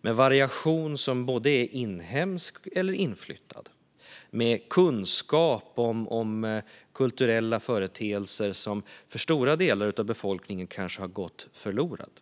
med en variation som både är inhemsk och inflyttad och med en kunskap om kulturella företeelser som för stora delar av befolkningen kanske har gått förlorad.